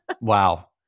Wow